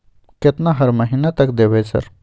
केतना हर महीना तक देबय सर?